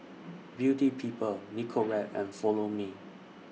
Beauty People Nicorette and Follow Me